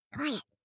Quiet